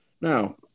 Now